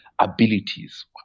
abilities